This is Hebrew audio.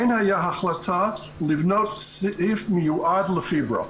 הייתה החלטה לבנות סעיף מיועד לפיברו.